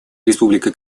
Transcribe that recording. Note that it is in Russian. республика